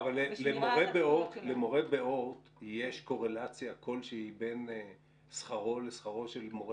אבל יש קורלציה כלשהי בין שכר של מורה באורט לבין